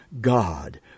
God